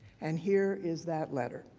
and here is that letter.